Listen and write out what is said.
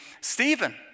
Stephen